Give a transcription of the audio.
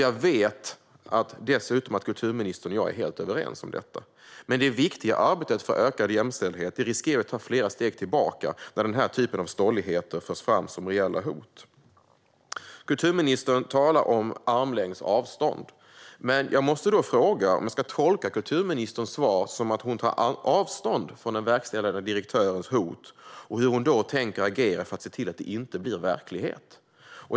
Jag vet dessutom att kulturministern och jag är helt överens om det. Men det viktiga arbetet för ökad jämställdhet riskerar ju att ta flera steg tillbaka när den här typen av stolligheter förs fram som reella hot. Kulturministern talar om armlängds avstånd. Jag måste då fråga: Ska vi tolka kulturministerns svar som att hon tar avstånd från verkställande direktörens hot? Och hur tänker hon då agera för att se till att det inte blir verklighet?